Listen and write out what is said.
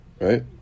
Right